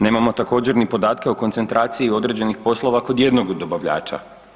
Nemamo također, ni podatke o koncentraciji određenih poslova kod jednog dobavljača.